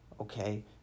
Okay